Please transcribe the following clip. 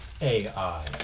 AI